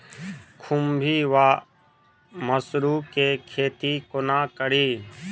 खुम्भी वा मसरू केँ खेती कोना कड़ी?